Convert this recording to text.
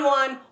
one